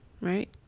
right